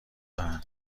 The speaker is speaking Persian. دارن